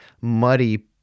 muddy